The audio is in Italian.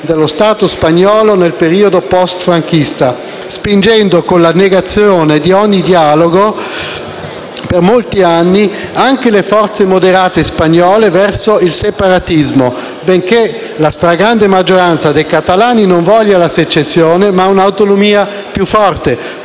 dello Stato spagnolo nel periodo *post*-franchista, spingendo per molti anni, con la negazione di ogni dialogo, anche le forze moderate spagnole verso il separatismo, benché la stragrande maggioranza dei catalani non voglia la secessione, ma un'autonomia più forte.